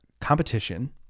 competition